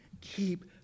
keep